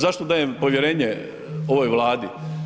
Zašto dajem povjerenje ovoj Vladi?